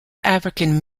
african